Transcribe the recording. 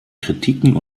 kritiken